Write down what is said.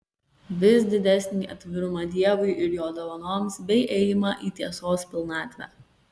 vis didesnį atvirumą dievui ir jo dovanoms bei ėjimą į tiesos pilnatvę